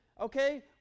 okay